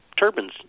Turbines